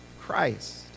Christ